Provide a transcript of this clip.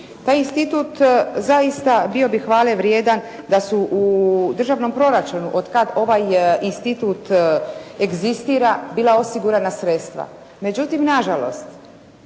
Taj institut zaista bio bi hvale vrijedan da su u državnom proračunu od kad ovaj institut egzistira bila osigurana sredstva. Međutim nažalost